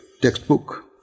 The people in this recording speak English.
textbook